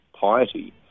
piety